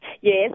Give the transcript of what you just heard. Yes